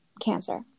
cancer